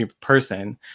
person